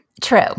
True